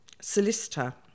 solicitor